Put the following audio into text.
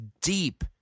deep